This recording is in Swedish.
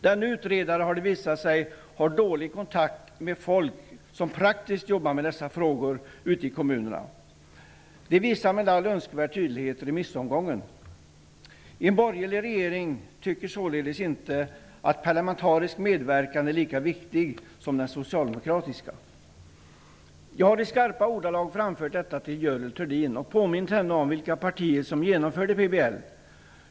Denne utredare har dålig kontakt med folk som praktiskt jobbar med dessa frågor ute i kommunerna. Det visar remissomgången med all önskvärd tydlighet. En borgerlig regering tycker således inte att parlamentarisk medverkan är lika viktig som den socialdemokratiska regeringen tyckte. Jag har i skarpa ordalag framfört detta till Görel Thurdin och påmint henne om vilka partier som genomförde PBL.